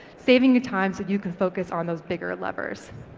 saving you time so you can focus on those bigger levers.